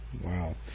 wow